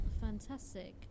Fantastic